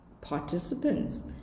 participants